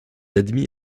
admis